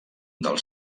del